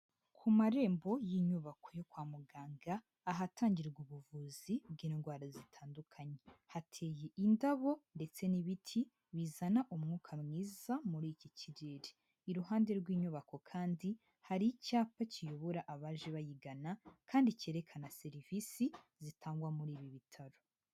Ku marembo y'inyubako yo kwa muganga, ahatangirwa ubuvuzi bw'indwara zitandukanye. Hateye indabo ndetse n'ibiti bizana umwuka mwiza muri iki kirere. Iruhande rw'inyubako kandi, hari icyapa kiyobora abaje bayigana kandi cyerekana serivisi zitangwa muri ibi bitaro.